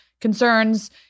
concerns